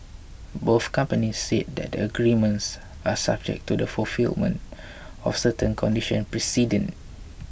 both companies said that the agreements are subject to the fulfilment of certain conditions precedent